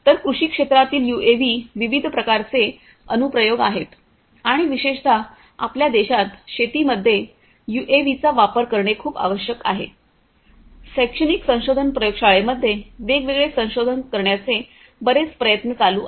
तर कृषी क्षेत्रातील यूएव्ही विविध प्रकारचे अनुप्रयोग आहेत आणि विशेषत आपल्या देशात शेतीमध्ये यूएव्हीचा वापर करणे खूप आवश्यक आहे शैक्षणिक संशोधन प्रयोगशाळेमध्ये वेगवेगळे संशोधन करण्याचे बरेच प्रयत्न चालू आहेत